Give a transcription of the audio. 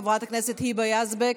חברת הכנסת היבה יזבק,